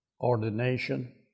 ordination